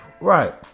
Right